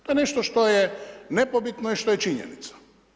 To je nešto što je nepobitno i što je činjenica.